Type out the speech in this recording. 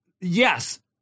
Yes